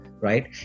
right